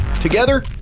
Together